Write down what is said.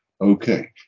okay